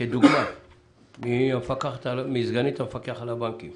כדוגמה מסגנית המפקח על הבנקים